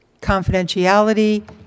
confidentiality